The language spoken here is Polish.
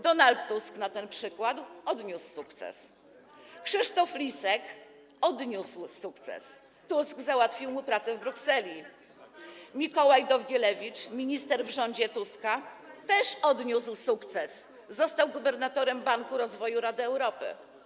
Donald Tusk na przykład odniósł sukces, Krzysztof Lisek odniósł sukces, Tusk załatwił mu pracę w Brukseli, Mikołaj Dowgielewicz, minister w rządzie Tuska, też odniósł sukces - został gubernatorem Banku Rozwoju Rady Europy.